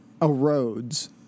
erodes